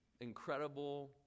incredible